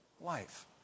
life